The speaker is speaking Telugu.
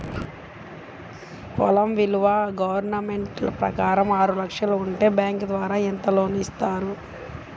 పొలం విలువ గవర్నమెంట్ ప్రకారం ఆరు లక్షలు ఉంటే బ్యాంకు ద్వారా ఎంత లోన్ ఇస్తారు?